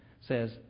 says